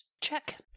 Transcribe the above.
check